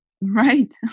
Right